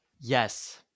Yes